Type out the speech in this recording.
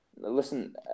Listen